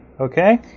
Okay